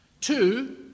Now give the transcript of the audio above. Two